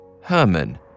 Herman